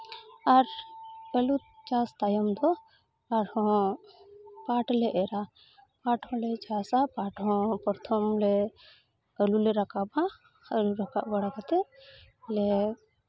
ᱟᱨ ᱟᱹᱞᱩ ᱪᱟᱥ ᱛᱟᱭᱚᱢ ᱫᱚ ᱟᱨᱦᱚᱸ ᱯᱟᱴᱞ ᱮᱨᱼᱟ ᱯᱟᱴ ᱦᱚᱸᱞᱮ ᱪᱟᱥᱼᱟ ᱯᱟᱴ ᱦᱚᱸ ᱯᱨᱚᱛᱷᱚᱢ ᱞᱮ ᱟᱹᱞᱩ ᱞᱮ ᱨᱟᱠᱟᱵᱼᱟ ᱟᱹᱞᱩ ᱨᱟᱠᱟᱵ ᱵᱟᱲᱟ ᱠᱟᱛᱮᱫ ᱟᱞᱮ